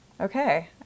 okay